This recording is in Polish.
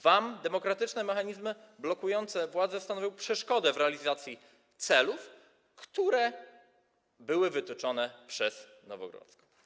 Wam demokratyczne mechanizmy blokujące władzę stanowią przeszkodę w realizacji celów, które były wytyczone przez Nowogrodzką.